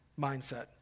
mindset